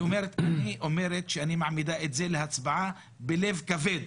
היא אומרת שאני מעמידה את זה להצבעה בלב כבד.